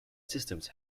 systems